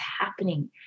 happening